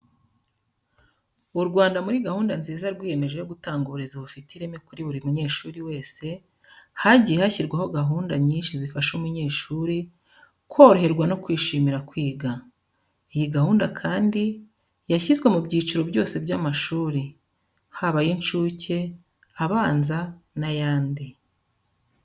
U Rwanda muri gahunda nziza rwiyemeje yo gutanga uburezi bufite ireme kuri buri munyeshuri wese, hagiye hashyirwaho gahunda nyinshi zifasha umunyeshuri koroherwa no kwishimira kwiga. Iyi gahunda kandi, yashyizwe mu byiciro byose by'amashuri, haba ay'incuke, abanza n'ayandi.